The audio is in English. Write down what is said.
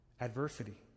Adversity